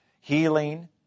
healing